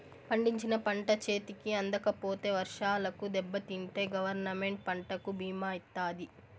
పండించిన పంట చేతికి అందకపోతే వర్షాలకు దెబ్బతింటే గవర్నమెంట్ పంటకు భీమా ఇత్తాది